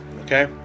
Okay